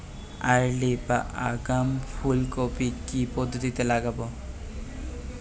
Early বা আগাম ফুল কপি কি পদ্ধতিতে লাগাবো?